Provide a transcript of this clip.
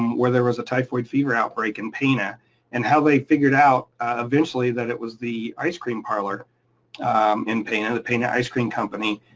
where there was a typhoid fever outbreak in pana and how they figured out eventually that it was the ice cream parlor in pana, the pana ice cream company,